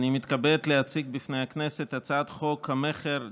אני מתכבד להציג בפני הכנסת את הצעת חוק המכר (דירות)